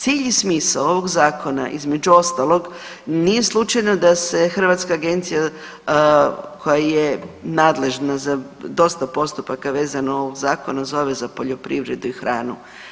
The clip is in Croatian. Cilj i smisao ovog zakona između ostalog nije slučajno da se Hrvatska agencija koja je nadležna za dosta postupaka vezano uz zakon zove za poljoprivredu i hranu.